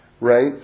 right